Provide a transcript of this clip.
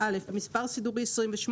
במספר סידורי 28,